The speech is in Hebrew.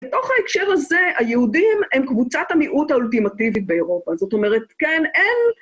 בתוך ההקשר הזה, היהודים הם קבוצת המיעוט האולטימטיבית באירופה, זאת אומרת, כן, אין...